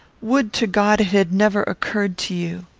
would to god it had never occurred to you!